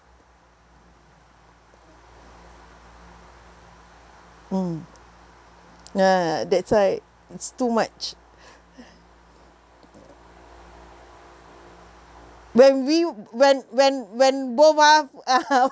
mm ah that's why it's too much when we when when when both are